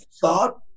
thought